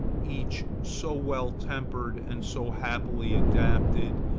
each so well tempered and so happily adapted,